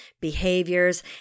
behaviors